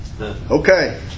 Okay